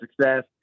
success